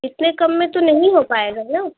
इतने कम में तो नहीं हो पाएगा ना